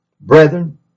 Brethren